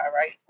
right